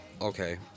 Okay